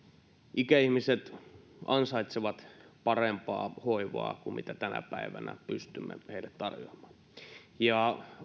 ikäihmiset ansaitsevat parempaa hoivaa kuin mitä tänä päivänä pystymme heille tarjoamaan ja